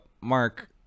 Mark